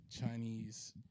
Chinese